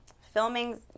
filming